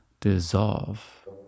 dissolve